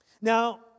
Now